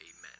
Amen